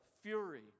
fury